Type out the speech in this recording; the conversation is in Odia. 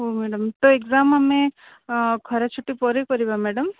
ହଉ ମ୍ୟାଡ଼ାମ୍ ତ ଏକ୍ଜାମ୍ ଆମେ ଖରା ଛୁଟି ପରେ କରିବା ମ୍ୟାଡ଼ାମ୍